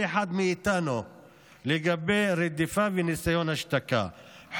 אחד מאיתנו לגבי רדיפה וניסיון השתקה,